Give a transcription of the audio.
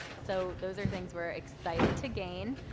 so those are things were excited to gain.